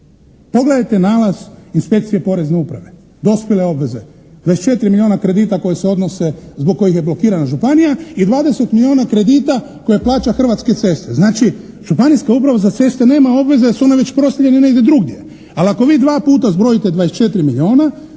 pogledajte nalaz inspekcijske porezne uprave, dospjele obveze 24 milijuna kredita koji se odnose, zbog kojih je blokirana županija i 20 milijuna kredita koje plaća Hrvatske ceste. Znači Županijska uprava za ceste nema obveze jer su one već proslijeđene negdje drugdje, al' ako vi dva puta zbrojite 24 milijuna